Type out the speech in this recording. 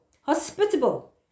hospitable